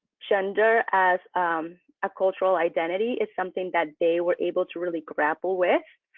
gender as a cultural identity is something that they were able to really grapple with.